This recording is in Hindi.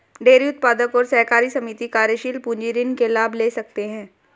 डेरी उत्पादक और सहकारी समिति कार्यशील पूंजी ऋण के लाभ ले सकते है